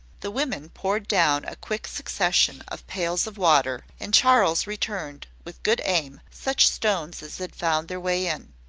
the women poured down a quick succession of pails of water and charles returned, with good aim, such stones as had found their way in.